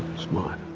smart